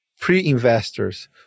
pre-investors